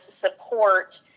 support